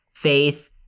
faith